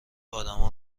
آدمها